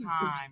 time